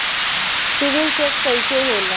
CIBIL check कइसे होला?